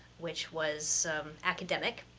which was academic.